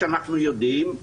ואנחנו יודעים,